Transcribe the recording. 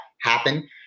happen